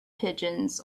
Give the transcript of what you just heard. pigeons